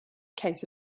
case